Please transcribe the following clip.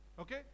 Okay